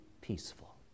peaceful